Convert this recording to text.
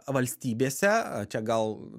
valstybėse čia gal